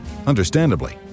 Understandably